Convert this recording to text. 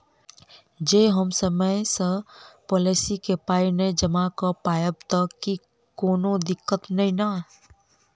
जँ हम समय सअ पोलिसी केँ पाई नै जमा कऽ पायब तऽ की कोनो दिक्कत नै नै?